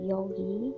Yogi